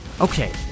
okay